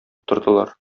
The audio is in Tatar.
утырдылар